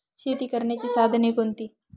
शेती करण्याची साधने कोणती?